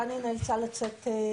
תני נאלצה לצאת.